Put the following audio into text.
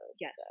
Yes